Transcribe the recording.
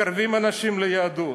מקרבים אנשים ליהדות,